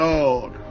Lord